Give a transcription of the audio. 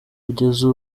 kugeza